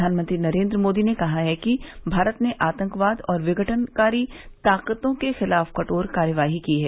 प्रघानमंत्री नरेंद्र मोदी ने कहा है कि भारत ने आतंकवाद और विघटनकारी ताकतों के खिलाफ कठोर कार्रवाई की है